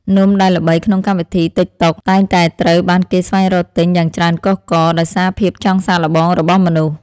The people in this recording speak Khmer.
នំដែលល្បីក្នុងកម្មវិធីទីកតុកតែងតែត្រូវបានគេស្វែងរកទិញយ៉ាងច្រើនកុះករដោយសារភាពចង់សាកល្បងរបស់មនុស្ស។